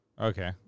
Okay